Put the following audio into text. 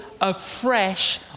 afresh